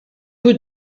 peu